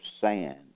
sand